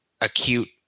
acute